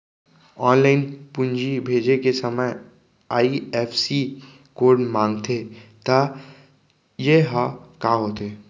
Online पूंजी भेजे के समय आई.एफ.एस.सी कोड माँगथे त ये ह का होथे?